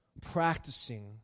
practicing